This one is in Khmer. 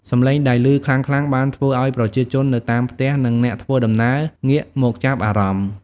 សំឡេងដែលឮខ្លាំងៗបានធ្វើឱ្យប្រជាជននៅតាមផ្ទះ និងអ្នកធ្វើដំណើរងាកមកចាប់អារម្មណ៍។